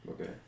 Okay